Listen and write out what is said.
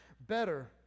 better